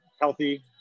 healthy